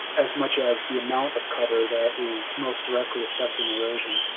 as much as the amount of cover that is most directly affecting erosion.